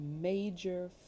major